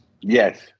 Yes